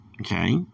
Okay